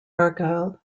argyll